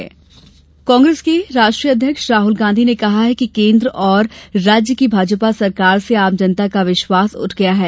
राहल गांधी दौरा कांग्रेस के राष्ट्रीय अध्यक्ष राहुल गांधी ने कहा है कि केन्द्र और राज्य की भाजपा सरकार से आम जनता का विश्वास उठ गया है